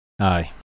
aye